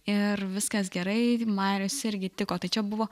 ir viskas gerai marius irgi tiko tai čia buvo